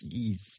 Jeez